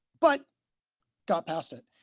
but got past it.